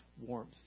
warmth